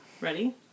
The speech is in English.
ready